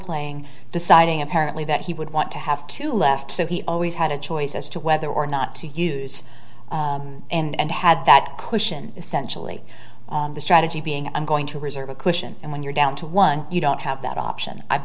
playing deciding apparently that he would want to have two left so he always had a choice as to whether or not to use and had that cushion essentially the strategy being i'm going to reserve a cushion and when you're down to one you don't have that option i